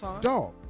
Dog